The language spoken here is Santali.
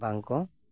ᱵᱟᱝᱠᱚ